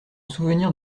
souvenir